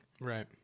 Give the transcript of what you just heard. right